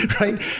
Right